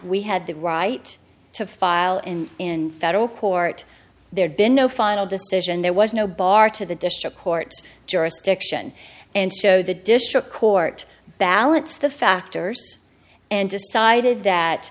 we had the right to file and in federal court there'd been no final decision there was no bar to the district court jurisdiction and show the district court ballots the factors and decided that